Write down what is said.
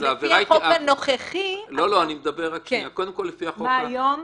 לפי החוק הנוכחי --- קודם כול לפי החוק --- מה היום?